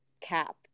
cap